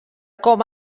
com